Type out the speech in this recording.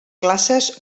classes